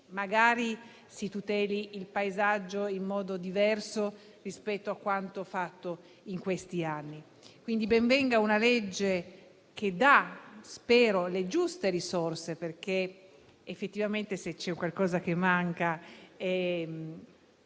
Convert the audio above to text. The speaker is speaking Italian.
magari si tuteli il paesaggio in modo diverso rispetto a quanto fatto in questi anni. Ben venga una legge che spero dia le giuste risorse, perché effettivamente, se c'è qualcosa che manca,